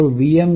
py